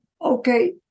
Okay